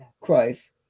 Christ